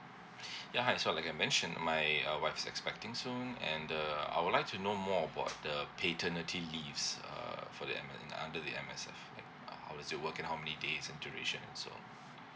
ya hi so like I mentioned my uh is expecting soon and uh I would like to know more about the paternity leaves uh for the M~ under the M_S_F like how does it work and how many days and duration and so on